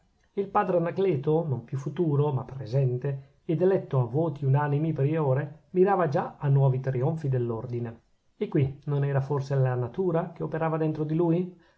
il padre anacleto non più futuro ma presente ed eletto a voti unanimi priore mirava già a nuovi trionfi dell'ordine e qui non era forse la natura che operava dentro di lui